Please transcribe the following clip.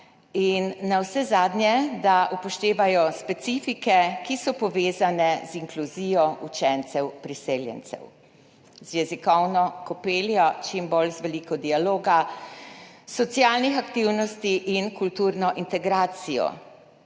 in navsezadnje, da upoštevajo specifike, ki so povezane z inkluzijo učencev priseljencev, z jezikovno kopeljo, čim bolj, z veliko dialoga, socialnih aktivnosti in kulturno integracijo.